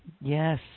Yes